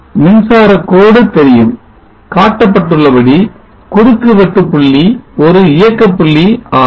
மின்சார கோடு தெரியும் காட்டப்பட்டுள்ள படி குறுக்கு வெட்டுபுள்ளி ஒரு இயக்க புள்ளி ஆகும்